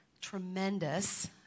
tremendous